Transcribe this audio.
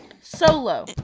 Solo